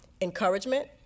encouragement